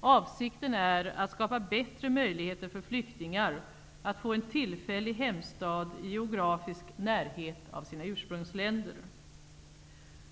Avsikten är att skapa bättre möjligheter för flyktingar att få en tillfällig hemstad i geografisk närhet av sina ursprungsländer.